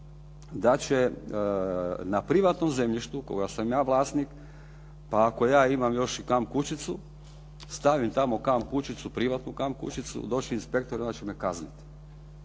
da će na privatnom zemljištu koga sam ja vlasnik, pa ako ja imam još i kamp kućicu, stavim tamo kamp kućicu, privatnu kamp kućicu, došao inspektor i onda će me kazniti.